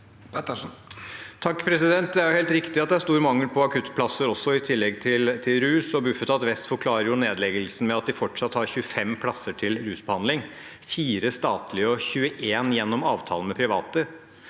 (H) Det er helt riktig at det er stor mangel på akuttplasser også, i tillegg til rus. Bufetat region vest forklarer nedleggelsen med at de fortsatt har 25 plasser til rusbehandling, 4 statlige og 21 gjennom avtaler med private.